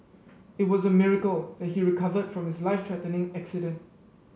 it was a miracle that he recovered from his life threatening accident